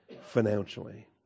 financially